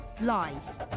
lies